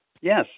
yes